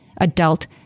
adult